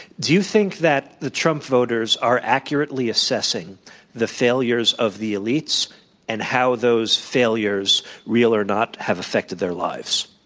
do you think that the trump voters are accurately assessing the failures of the elites and how those failures real or not have affected their lives?